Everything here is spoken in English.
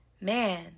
man